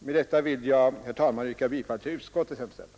Med dessa ord vill jag, herr talman, yrka bifall till utskottets hemställan.